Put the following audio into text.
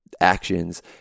actions